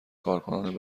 کارکنان